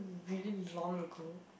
really long ago